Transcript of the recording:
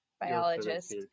biologist